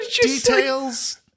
details